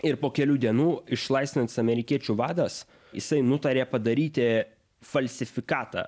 ir po kelių dienų išlaisvinantis amerikiečių vadas jisai nutarė padaryti falsifikatą